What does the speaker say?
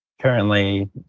currently